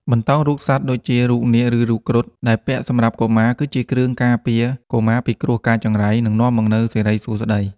បន្តោងរូបសត្វ ដូចជា រូបនាគ ឬ រូបគ្រុឌ ដែលពាក់សម្រាប់កុមារគឺជាគ្រឿងការពារ កុមារពីគ្រោះកាចចង្រៃ និងនាំមកនូវសិរីសួស្តី។